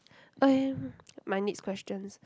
okay my next questions